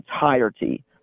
entirety